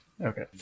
Okay